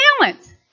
balance